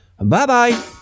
bye-bye